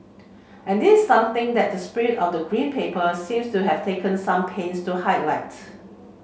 and this something that the spirit of the Green Paper seems to have taken some pains to highlight